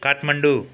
Kathmandu